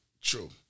True